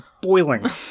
boiling